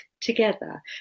together